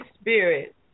Spirit